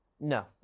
no